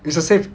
it's the same